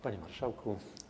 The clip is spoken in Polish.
Panie Marszałku!